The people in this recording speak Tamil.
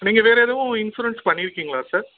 நீங்கள் வேறே எதுவும் இன்சூரன்ஸ் பண்ணிருக்கீங்களா சார்